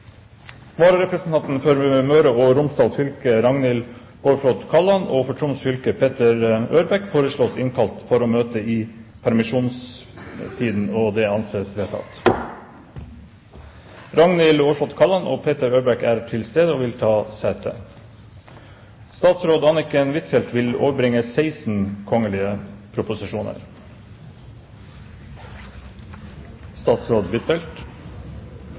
Vararepresentantene, for Møre og Romsdal fylke Ragnhild Aarflot Kalland, og for Troms fylke Peter Ørebech, innkalles for å møte i permisjonstiden. Ragnhild Aarflot Kalland og Peter Ørebech er til stede og vil ta sete. Representanten Linda C. Hofstad Helleland vil